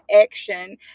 action